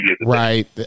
Right